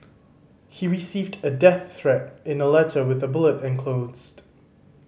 he received a death threat in a letter with a bullet enclosed